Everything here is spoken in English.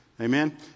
Amen